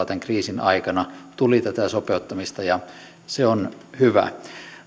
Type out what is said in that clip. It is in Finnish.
tämän kriisin aikana tuli tätä sopeuttamista ja se on hyvä